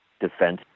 defense